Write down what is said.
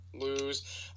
lose